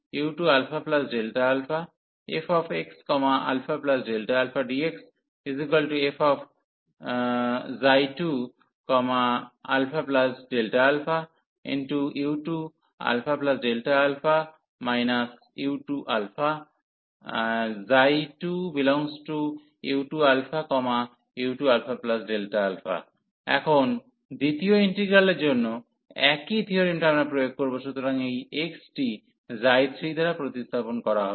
u2u2αfxαdxf2αΔαu2αΔα u2 ξ2u2u2αΔα এবং এখন দ্বিতীয় ইন্টিগ্রালের জন্য একই থিওরেমটি আমরা প্রয়োগ করব সুতরাং এই x টি 3 দ্বারা প্রতিস্থাপন করা হবে